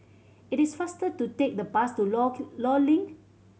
it is faster to take the bus to Law Law Link